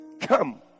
come